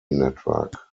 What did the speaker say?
network